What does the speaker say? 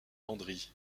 landry